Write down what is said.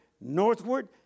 northward